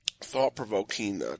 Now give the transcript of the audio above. thought-provoking